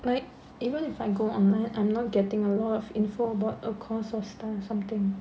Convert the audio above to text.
like even if I go online I'm not getting a lot of info about a course of study or something